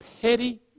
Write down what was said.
petty